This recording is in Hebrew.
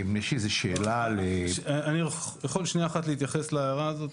יש איזה שאלה --- אני יכול שנייה אחת להתייחס להערה הזאת?